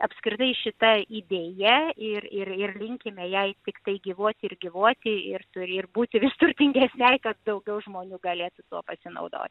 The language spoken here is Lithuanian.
apskritai šita idėja ir ir ir linkime jai tiktai gyvuot ir gyvuoti ir turi ir būti vis turtingesnei kad daugiau žmonių galėtų tuo pasinaudo